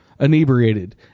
Inebriated